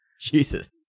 Jesus